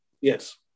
Yes